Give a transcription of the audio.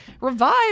revive